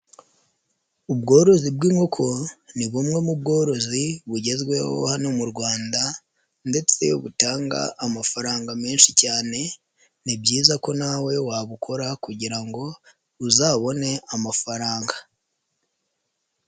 Ubworozi bw'inkoko ni bumwe mu bworozi bugezweho hano mu Rwanda ndetse butanga amafaranga menshi cyane, ni byiza ko nawe wabukora kugira ngo uzabone amafaranga.